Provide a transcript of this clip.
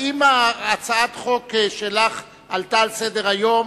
האם הצעת החוק שלך עלתה על סדר-היום